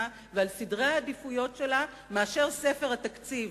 ועל סדרי העדיפויות שלה מספר התקציב.